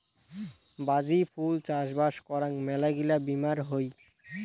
বাজি ফুল চাষবাস করাং মেলাগিলা বীমার হই